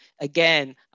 again